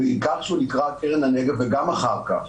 בעיקר כשהוא נקרא קרן הנגב וגם אחר כך,